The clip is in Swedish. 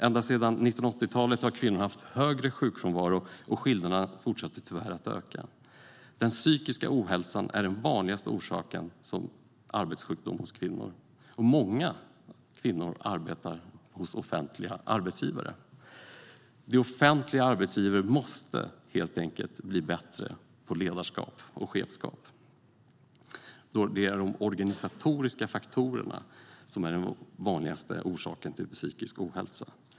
Ända sedan 1980-talet har kvinnor haft högre sjukfrånvaro, och skillnaderna fortsätter tyvärr att öka. Den psykiska ohälsan är den vanligaste orsaken när det gäller arbetssjukdom hos kvinnor. Många kvinnor arbetar hos offentliga arbetsgivare. De offentliga arbetsgivarna måste helt enkelt bli bättre på ledarskap och chefskap, då det är de organisatoriska faktorerna som är den vanligaste orsaken till psykisk ohälsa.